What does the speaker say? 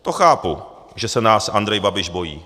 To chápu, že se nás Andrej Babiš bojí.